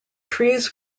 trees